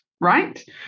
right